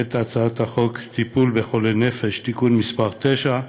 את הצעת חוק טיפול בחולי נפש (תיקון מס' 9),